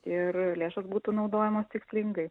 ir lėšos būtų naudojamos tikslingai